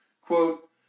Quote